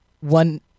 One